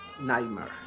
nightmare